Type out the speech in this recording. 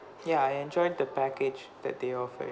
ya I enjoyed the package that they offered